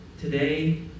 Today